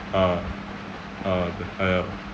ah ah the ah ya